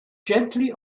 gently